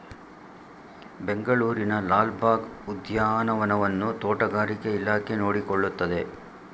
ಬೆಂಗಳೂರಿನ ಲಾಲ್ ಬಾಗ್ ಉದ್ಯಾನವನವನ್ನು ತೋಟಗಾರಿಕೆ ಇಲಾಖೆ ನೋಡಿಕೊಳ್ಳುತ್ತದೆ